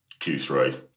Q3